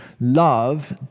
love